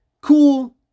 cool